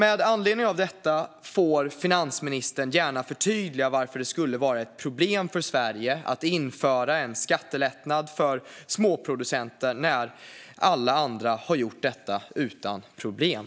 Med anledning av detta får finansministern gärna förtydliga varför det skulle vara ett problem för Sverige att införa en skattelättnad för småproducenter när alla andra har gjort detta utan problem.